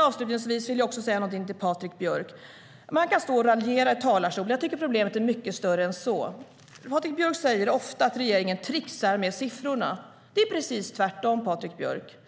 Avslutningsvis vill jag också säga någonting till Patrik Björck. Man kan stå och raljera i talarstolen. Jag tycker att problemet är mycket större än så. Patrik Björck säger ofta att regeringen tricksar med siffrorna. Det är precis tvärtom, Patrik Björck.